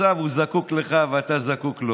לחוק-יסוד: